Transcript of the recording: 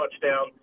touchdown